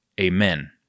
Amen